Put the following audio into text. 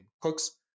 Cooks